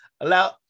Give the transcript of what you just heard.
allow